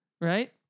right